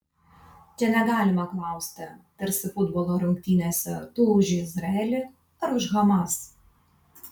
čia negalima klausti tarsi futbolo rungtynėse tu už izraelį ar už hamas